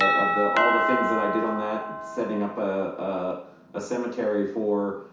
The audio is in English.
of the, all the things that i did on that setting up a ah ah cemetery for,